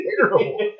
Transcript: terrible